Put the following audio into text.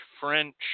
French